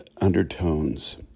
undertones